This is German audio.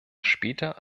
später